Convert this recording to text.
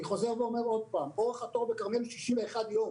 אני חוזר ואומר עוד פעם: אורך התור בכרמיאל הוא 61 יום.